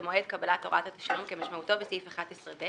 במועד קבלת הוראת התשלום כמשמעותו בסעיף 11(ב),